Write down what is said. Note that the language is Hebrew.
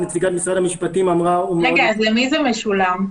רגע, למי זה משולם?